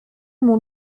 mon